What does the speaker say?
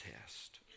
test